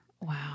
Wow